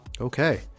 Okay